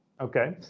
Okay